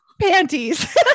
panties